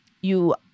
you-